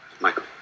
Michael